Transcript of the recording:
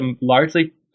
largely